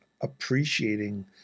appreciating